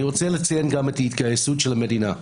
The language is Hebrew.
רוצה לציין גם את ההתגייסות של המדינה.